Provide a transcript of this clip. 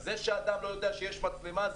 זה שאדם לא יודע שיש מצלמה,